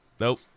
Nope